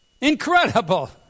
Incredible